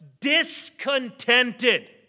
discontented